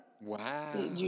wow